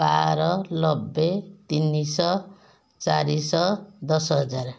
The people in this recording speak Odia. ବାର ନବେ ତିନିଶହ ଚାରିଶହ ଦଶ ହଜାର